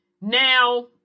now